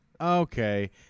okay